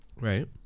right